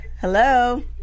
Hello